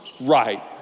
right